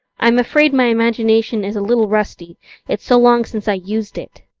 i'm afraid my imagination is a little rusty it's so long since i used it,